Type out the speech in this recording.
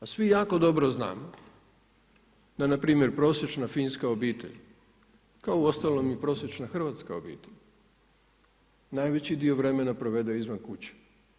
A svi jako dobro znamo, da npr. prosječna finska obitelj, kao i uostalom prosječan hrvatska obitelj, najveći dio vremena provede izvan kuće.